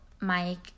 Mike